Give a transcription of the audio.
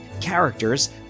characters